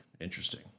interesting